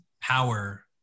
power